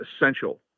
essential